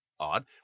odd